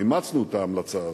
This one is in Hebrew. אימצנו את ההמלצה הזאת,